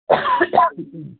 ओम